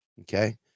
Okay